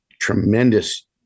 tremendous